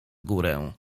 górę